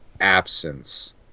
absence